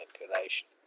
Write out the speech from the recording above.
manipulation